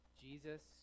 Jesus